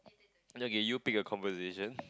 okay okay you pick a conversation